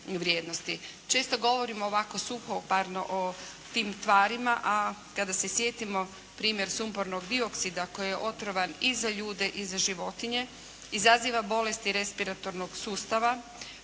Često govorimo ovako suhoparno o tim tvarima, a kada se sjetimo primjer sumpornog dioksida koji je otrovan i za ljude i za životinje izaziva bolesti respiratornog sustava,